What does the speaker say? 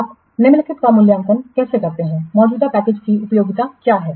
आप निम्नलिखित का मूल्यांकन कैसे करते हैं मौजूदा पैकेज की उपयोगिता क्या है